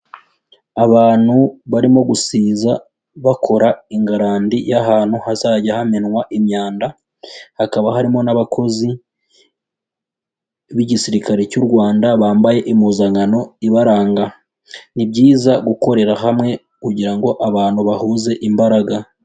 Abantu barimo gusiza bakora ingarani y'ahantu hazajya hamenwa imyanda, hakaba harimo n'abakozi b'Igisirikare cy'u Rwanda bambaye impuzankano ibaranga, ni byiza gukorera hamwe kugira ngo abantu bahuze imbaraga.